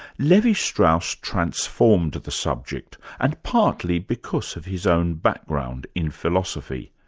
levi-strauss transformed the subject, and partly because of his own background in philosophy.